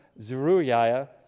Zeruiah